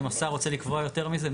אם השר רוצה לקבוע יותר מזה.